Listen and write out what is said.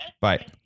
Bye